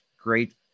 great